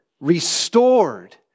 restored